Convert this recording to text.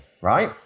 right